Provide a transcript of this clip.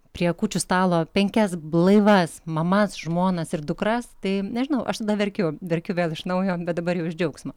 prie kūčių stalo penkias blaivas mamas žmonas ir dukras tai nežinau aš tada verkiu verkiu vėl iš naujo bet dabar jau iš džiaugsmo